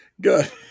good